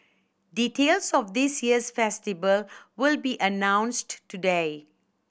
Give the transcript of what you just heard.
details of this year's festival will be announced today